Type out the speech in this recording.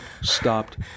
stopped